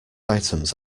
items